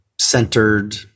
centered